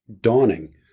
dawning